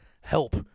help